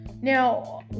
Now